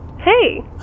Hey